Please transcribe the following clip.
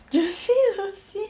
juicy lucy